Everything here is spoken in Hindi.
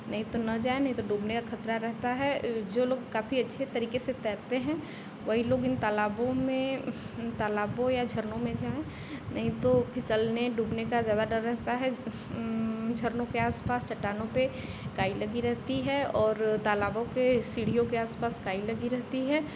नहीं तो न जाएँ नहीं तो डूबने का खतरा रहता है जो लोग काफ़ी अच्छे तरीके से तैरते हैं वही लोग इन तालाबों में उन तालाबों या झरनों में जाएँ नहीं तो फिसलने डूबने का ज़्यादा डर रहता है झरनों के आस पास चट्टानों पर काई लगी रहती है और तालाबों के सीढ़ियों के आस पास काई लगी रहती है